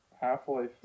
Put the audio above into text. Half-Life